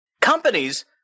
Companies